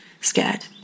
scared